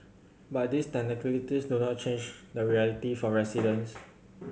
but these technicalities do not change the reality for residents